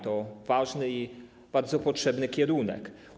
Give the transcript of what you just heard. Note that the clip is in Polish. To ważny i bardzo potrzebny kierunek.